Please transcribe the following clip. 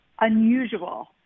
unusual